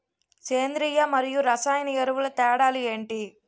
సేంద్రీయ మరియు రసాయన ఎరువుల తేడా లు ఏంటి?